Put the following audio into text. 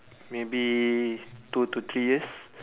maybe two to three years